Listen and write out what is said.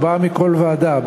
ארבעה מכל ועדה,